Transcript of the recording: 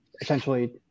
essentially